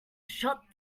shut